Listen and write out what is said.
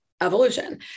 evolution